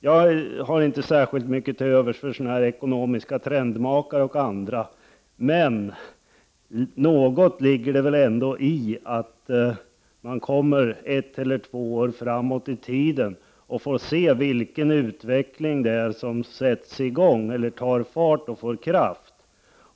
Jag har inte särskilt mycket till övers för ekonomiska trendmakare, men något ligger det i att vänta ett eller två år framåt i tiden och se vilken utveckling som tar fart och får kraft.